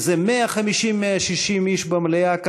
איזה 150 160 איש במליאה,